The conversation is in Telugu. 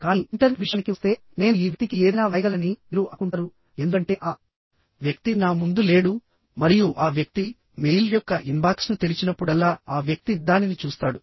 కానీ ఇంటర్నెట్ విషయానికి వస్తే నేను ఈ వ్యక్తికి ఏదైనా వ్రాయగలనని మీరు అనుకుంటారు ఎందుకంటే ఆ వ్యక్తి నా ముందు లేడు మరియు ఆ వ్యక్తి మెయిల్ యొక్క ఇన్బాక్స్ను తెరిచినప్పుడల్లా ఆ వ్యక్తి దానిని చూస్తాడు